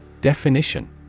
Definition